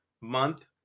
month